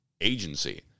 agency